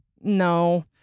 No